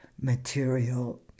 material